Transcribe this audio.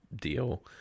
deal